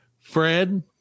Fred